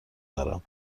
دارم